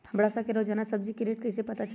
हमरा सब के रोजान सब्जी के रेट कईसे पता चली?